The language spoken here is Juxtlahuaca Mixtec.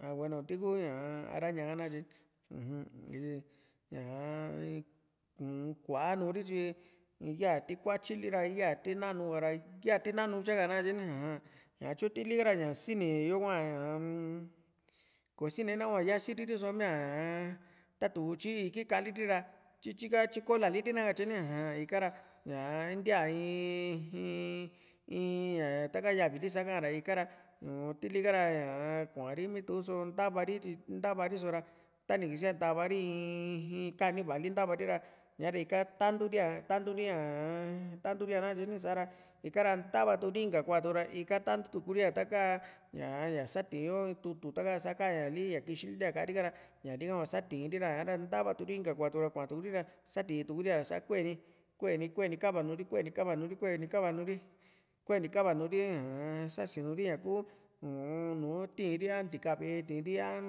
ah bueno tiku ñaa araña ha nakatye uju ñaa uu-n kuaa Nuri tyi yaa ti kuatyili ra ya ti nau ka´ra yati nanuka tya na katye ni aja ñatyo tilika ñaa sini´yo hua amm kosine nahua yasiri so miaa ñaa tatu´n tyi iki ka´aliri ra tyi tyikola li ri nakatye ñaa ika ra ñaa ntiaa iin in in ñaa ta´ka yavi li sa´kaa ra ika ra u´un tilika ra ñaa kuari mituu so ntava ri tyi ntavari so´ra tani ni kisia in ntava ri in in kaani va´a li ntava ri ra ñaá ra ika tantuuri´a tanturi´a ña tanturi´a nakatye ni sa´ra ikara ntava inka kuatuku ra ika tantuu tukuri´a ra ña ñá satiiyo tutu sak a ka ñali ñali ixi li ntia ka´ri ha ra ñali´ha hua satiri ra sa´ra ntava tuuri inka kuatuku ri ra satiituri´a ra kueni kueni kava nuuri kueni kavanuri kueni kavanuri kueni kavanuri ñaa sasinu ri ñaku uun nùù tiiri a ntika ve´e tiri a